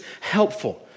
helpful